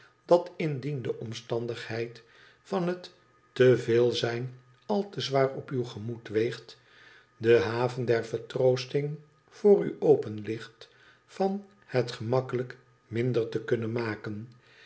dat indien de omstandigheid van het te veel zijn al te zwaar op uw gemoed weegt de haven der vertroosting voor u openligt van het gemakkelijk minder te kunnen maken